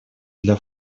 для